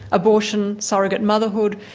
abortion, surrogate motherhood,